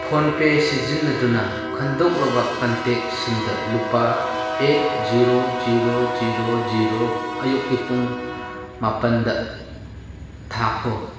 phone ꯄꯦ ꯁꯤꯖꯤꯟꯅꯗꯨꯅ ꯈꯟꯗꯣꯛꯂꯕ ꯀꯟꯇꯦꯛꯁꯤꯡꯗ ꯂꯨꯄꯥ eight zero zero zero zero ꯑꯌꯨꯛꯀꯤ ꯄꯨꯡ ꯃꯥꯄꯟꯗ ꯊꯥꯈꯣ